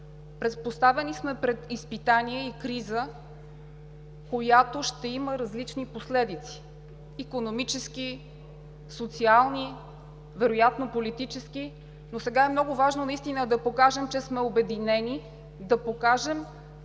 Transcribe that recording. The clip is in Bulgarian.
Поставени сме пред изпитание и криза, която ще има различни последици – икономически, социални, вероятно и политически, но сега е много важно да покажем, че сме обединени, че сме